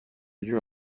lieu